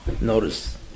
Notice